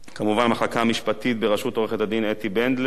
כמובן המחלקה המשפטית בראשות עורכת-הדין אתי בנדלר,